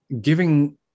giving